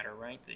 right